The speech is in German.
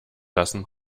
lassen